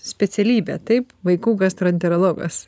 specialybė taip vaikų gastroenterologas